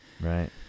Right